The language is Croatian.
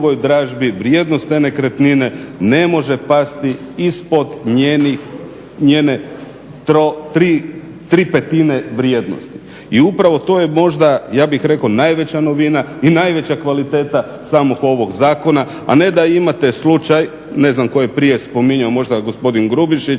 vrijednost te nekretnine ne može pasti ispod njene 3/5 vrijednosti i upravo to je možda ja bih rekao najveća novina i najveća kvaliteta samog ovog zakona. A ne da imate slučaj, ne znam tko je prije spominjao, možda gospodin Grubišić,